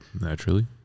naturally